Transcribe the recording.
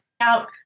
out